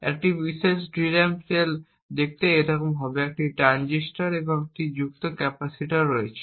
একটি বিশেষ DRAM cell দেখতে এইরকম হবে একটি ট্রানজিস্টর এবং একটি যুক্ত ক্যাপাসিটর রয়েছে